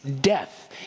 death